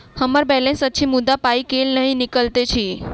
हम्मर बैलेंस अछि मुदा पाई केल नहि निकलैत अछि?